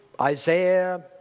Isaiah